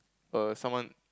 err someone